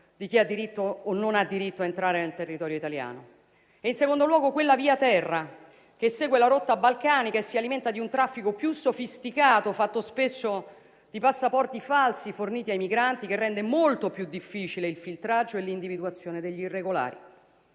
di chi ha diritto o meno a entrare nel territorio italiano; in secondo luogo, quella via terra, che segue la rotta balcanica e si alimenta di un traffico più sofisticato, fatto spesso di passaporti falsi, forniti ai migranti, che rende molto più difficile il filtraggio e l'individuazione degli irregolari.